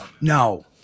no